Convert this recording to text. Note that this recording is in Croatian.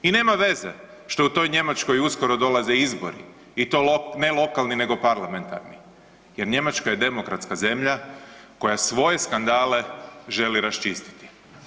I nema veze što u toj Njemačkoj dolaze izbori i to ne lokalni nego parlamentarni, jer Njemačka je demokratska zemlja koja svoje skandale želi raščistiti.